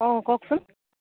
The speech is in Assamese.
অঁ কওকচোন